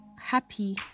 happy